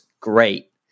great